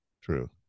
True